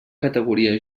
categoria